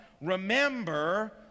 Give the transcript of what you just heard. Remember